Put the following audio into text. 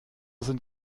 sind